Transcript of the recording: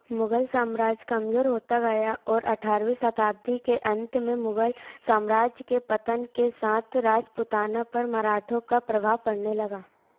मुगल साम्राज्य कमजोर होता गया और अठारवीं शताब्दी के अंत में मुगल साम्राज्य के पतन के साथ राजपूताना पर मराठो का प्रभाव पड़ने लगा